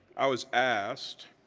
i was asked